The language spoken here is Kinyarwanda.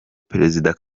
perezida